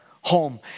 home